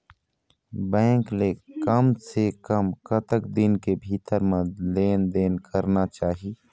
Bank ले कम से कम कतक दिन के भीतर मा लेन देन करना चाही?